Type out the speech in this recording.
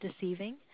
deceiving